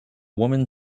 woman